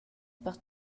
per